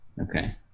Okay